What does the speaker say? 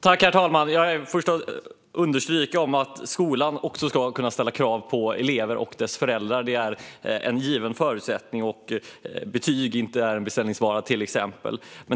Herr talman! Jag vill understryka att skolan förstås ska kunna ställa krav på elever och deras föräldrar. Det är en given förutsättning. Betyg är till exempel inte en beställningsvara.